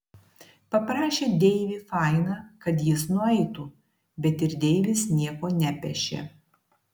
paprašė deivį fainą kad jis nueitų bet ir deivis nieko nepešė